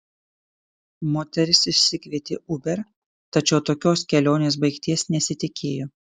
moteris išsikvietė uber tačiau tokios kelionės baigties nesitikėjo